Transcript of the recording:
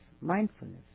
mindfulness